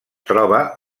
troba